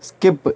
skip